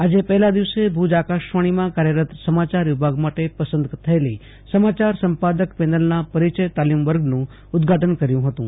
આજે પહેલા દિવસે ભુજ આકાશવાણીમાં કાર્યરત સમાચાર વિભાગ માટે પસંદ થયેલી સમાચાર સંપાદક પેનલના પરિચય તાલીમ વર્ગનું ઉદઘાટન કયું હતું